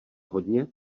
hodně